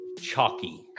chalky